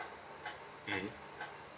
mm